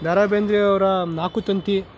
the Ra ಬೇಂದ್ರೆಯವರ ನಾಕುತಂತಿ